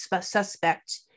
suspect